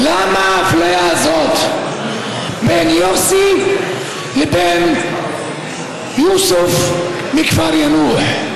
למה האפליה הזאת בין יוסי לבין יוסף מכפר יאנוח,